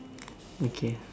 okay